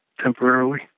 temporarily